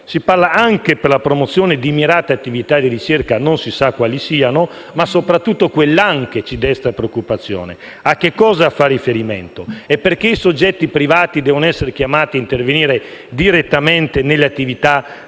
Si parla anche della promozione di mirate attività di ricerca e non si sa quali siano ma soprattutto quell'«anche» ci desta preoccupazione. A che cosa fa riferimento e perché i soggetti privati devono essere chiamati ad intervenire direttamente nelle attività della